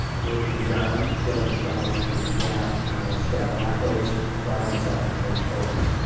nathan john, dylan trout and jack stabraccos brought home second place trophies.